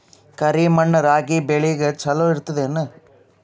ಕರಿ ಮಣ್ಣು ರಾಗಿ ಬೇಳಿಗ ಚಲೋ ಇರ್ತದ ಏನು?